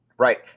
Right